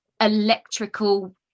electrical